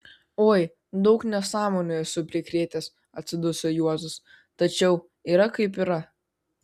oi daug nesąmonių esu prikrėtęs atsiduso juozas tačiau yra kaip yra